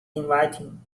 inviting